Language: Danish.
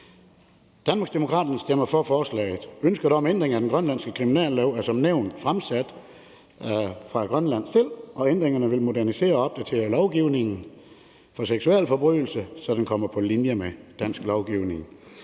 Danmarksdemokraterne stemmer for forslaget. Ønsket om en ændring af den grønlandske kriminallov er som nævnt fremsat fra Grønlands side, og ændringerne vil modernisere og opdatere lovgivningen for seksualforbrydelser, så den kommer på linje med dansk lovgivning.